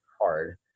hard